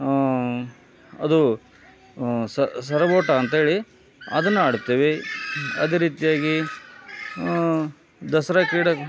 ಅದು ಸರವೋಟ ಅಂತೇಳಿ ಅದನ್ನ ಆಡ್ತೇವೆ ಅದೇ ರೀತಿಯಾಗಿ ದಸರಾ ಕ್ರೀಡೆ